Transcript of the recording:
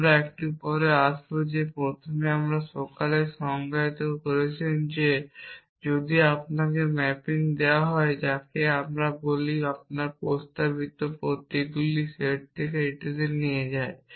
আমরা একটু পরে আসব প্রথমে আপনি সকলেই সংজ্ঞায়িত করেছেন যে যদি আপনাকে ম্যাপিং দেওয়া হয় যাকে আমরা বলি যা আপনাকে প্রস্তাবিত প্রতীকগুলির সেট থেকে এটিতে নিয়ে যায়